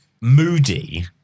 moody